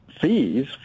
fees